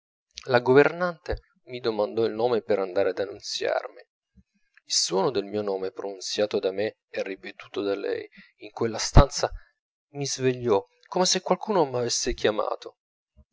la governante mi domandò il nome per andare ad annunziarmi il suono del mio nome pronunziato da me e ripetuto da lei in quella stanza mi svegliò come se qualcuno m'avesse chiamato